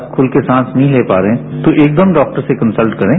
आप खुलकर सांस नहीं ले पा रहे हैं तो एकदम डॉक्टर से कंसल्ट करें